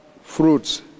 fruits